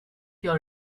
your